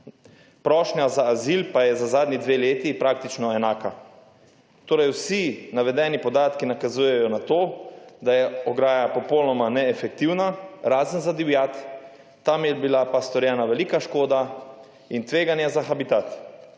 (nadaljevanje) dve leti praktično enaka. Torej, vsi navedeni podatki nakazujejo na to, da je ograja popolnoma neefektivna, razen za divjad, tam je bila pa storjena velika škoda in tveganje za habitat.